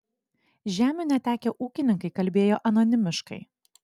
žemių netekę ūkininkai kalbėjo anonimiškai